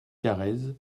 carrez